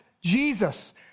Jesus